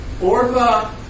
Orba